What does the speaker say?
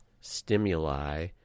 stimuli